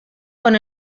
quan